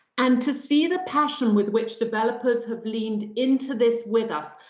and to see the passion with which developers have leaned into this with us,